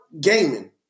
gaming